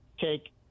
take